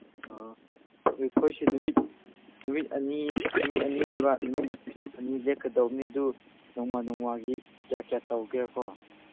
ꯑꯥ ꯑꯩꯈꯣꯏꯁꯤ ꯅꯨꯃꯤꯠ ꯅꯨꯃꯤꯠ ꯑꯅꯤ ꯅꯨꯃꯤꯠ ꯑꯅꯤꯅꯦꯕ ꯅꯨꯃꯤꯠ ꯑꯅꯤ ꯂꯦꯛꯀꯗꯕꯅꯤ ꯑꯗꯨ ꯅꯣꯡꯃ ꯅꯣꯡꯃꯒꯤ ꯀꯌꯥ ꯀꯌꯥ ꯇꯧꯒꯦꯔꯥꯀꯣ